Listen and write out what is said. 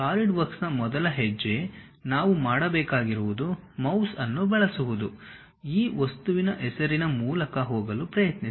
ಸಾಲಿಡ್ವರ್ಕ್ಸ್ನ ಮೊದಲ ಹೆಜ್ಜೆ ನಾವು ಮಾಡಬೇಕಾಗಿರುವುದು ಮೌಸ್ ಅನ್ನು ಬಳಸುವುದು ಈ ವಸ್ತುವಿನ ಹೆಸರಿನ ಮೂಲಕ ಹೋಗಲು ಪ್ರಯತ್ನಿಸಿ